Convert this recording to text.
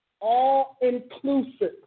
all-inclusive